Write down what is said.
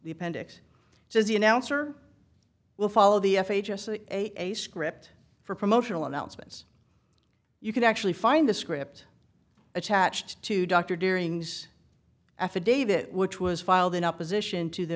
the appendix so the announcer will follow the f a a just a script for promotional announcements you can actually find the script attached to doctor during this affidavit which was filed in opposition to the